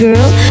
Girl